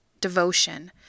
devotion